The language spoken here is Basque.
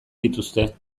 dituzte